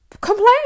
complain